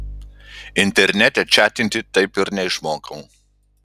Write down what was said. internete čatinti taip ir neišmokau